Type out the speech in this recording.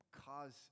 cause